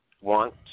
want